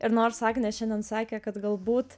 ir nors agnė šiandien sakė kad galbūt